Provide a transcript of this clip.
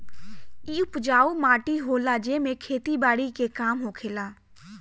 इ उपजाऊ माटी होला जेमे खेती बारी के काम होखेला